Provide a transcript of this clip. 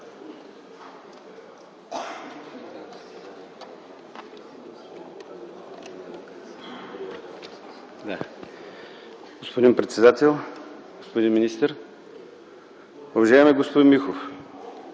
Господин председател, господин министър, уважаеми господин Миков!